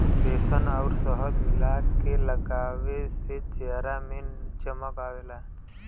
बेसन आउर शहद मिला के लगावे से चेहरा में चमक आवला